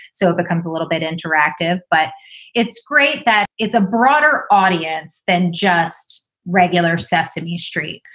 so it becomes a little bit interactive. but it's great that it's a broader audience than just regular sesame street.